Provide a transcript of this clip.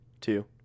two